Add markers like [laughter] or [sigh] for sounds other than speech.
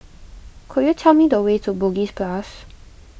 could you tell me the way to Bugis Plus [noise]